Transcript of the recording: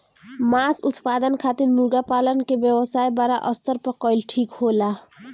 मांस उत्पादन खातिर मुर्गा पालन क व्यवसाय बड़ा स्तर पर कइल ठीक होला